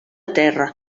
terra